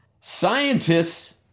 scientists